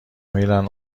میرن